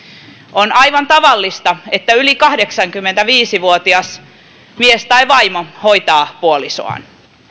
on aivan tavallista että yli kahdeksankymmentäviisi vuotias mies tai vaimo hoitaa puolisoaan